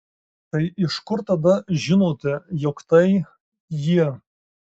tai iš kur tada žinote jog tai jie